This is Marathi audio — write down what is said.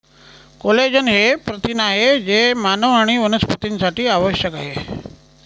कोलेजन हे प्रथिन आहे जे मानव आणि वनस्पतींसाठी आवश्यक आहे